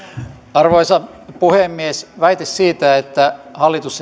arvoisa puhemies väite siitä että hallitus